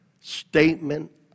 statement